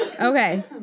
Okay